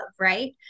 Right